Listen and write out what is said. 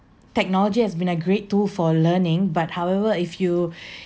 technology has been a great too for learning but however if you